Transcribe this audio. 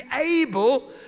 able